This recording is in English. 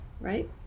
right